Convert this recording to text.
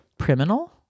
criminal